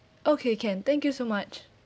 okay can thank you so much